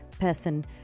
person